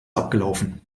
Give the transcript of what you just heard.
abgelaufen